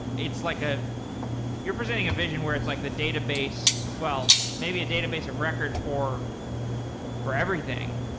it's like ah you're presenting a vision where it's like the database well, maybe a database of record for for everything.